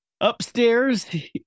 Upstairs